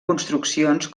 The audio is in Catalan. construccions